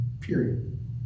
Period